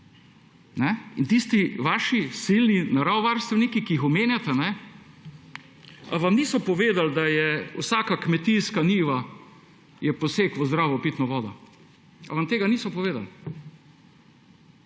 In tisti vaši silni naravovarstveniki, ki jih omenjate, ali vam niso povedali, da je vsaka kmetijska njiva je poseg v zdravo pitno vodo. Ali vam tega niso povedali?